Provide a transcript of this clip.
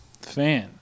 fan